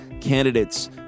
candidates